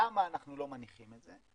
למה אנחנו לא מניחים את זה?